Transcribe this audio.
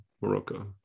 morocco